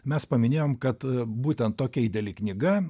mes paminėjom kad būtent tokia ideali knyga